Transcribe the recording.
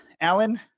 Alan